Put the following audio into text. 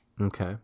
Okay